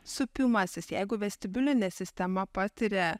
supimasis jeigu vestibiulinė sistema patiria